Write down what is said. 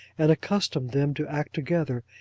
and accustomed them to act together,